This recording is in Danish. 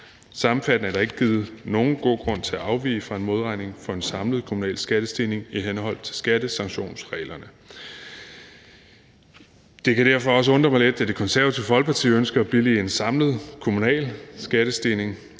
Sammenfattende er der ikke givet nogen god grund til at afvige fra en modregning for en samlet kommunal skattestigning i henhold til skattesanktionsreglerne. Det kan derfor også undre mig lidt, da Det Konservative Folkeparti ønsker at billige en samlet kommunal skattestigning,